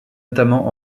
notamment